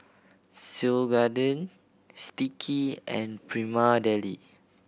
Seoul Garden Sticky and Prima Deli